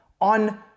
on